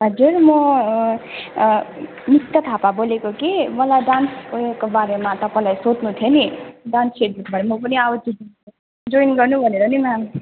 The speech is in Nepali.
हजुर म नित्य थापा बोलेको कि मलाई डान्स उयोको बारेमा तपाईँलाई सोध्नु थियो नि डान्स सिक्नु म पनि आउनु जोइन गर्नु भनेर नि म्याम